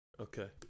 Okay